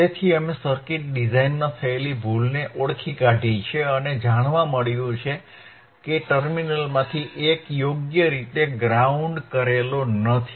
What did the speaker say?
તેથી અમે સર્કિટ ડિઝાઇનમાં થયેલી ભૂલને ઓળખી કાઢી છે અને જાણવા મળ્યું છે કે ટર્મિનલમાંથી એક યોગ્ય રીતે ગ્રાઉન્ડ નથી